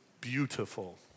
beautiful